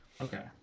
Okay